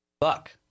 Fuck